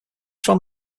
from